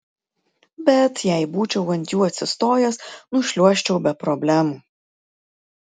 bet jei būčiau ant jų atsistojęs nušliuožčiau be problemų